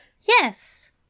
Yes